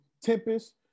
Tempest